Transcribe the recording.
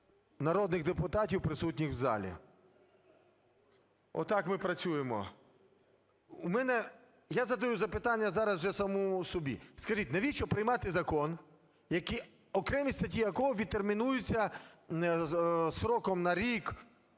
народних депутати, присутніх в залі. Отак ми працюємо. Я задаю запитання зараз вже самому собі. Скажіть, навіщо приймати закон, окремі статті якоговідтермінуються строком на рік,